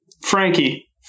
Frankie